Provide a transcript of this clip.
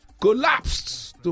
collapsed